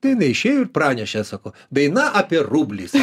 tai jinai išėjo ir pranešė sako daina apie rublis